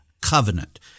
covenant